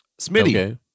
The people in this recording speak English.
Smitty